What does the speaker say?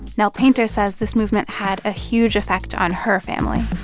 nell painter says this movement had a huge effect on her family